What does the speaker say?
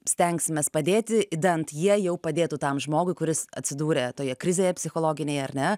stengsimės padėti idant jie jau padėtų tam žmogui kuris atsidūrė toje krizėje psichologinėj ar ne